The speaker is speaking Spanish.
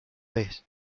vez